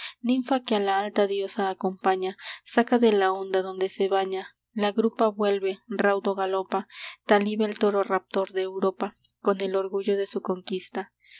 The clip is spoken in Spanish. ninfa que a la alta diosa acompaña saca de la onda donde se baña la grupa vuelve raudo galopa tal iba el toro raptor de europa con el orgullo de su conquista